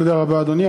תודה רבה, אדוני.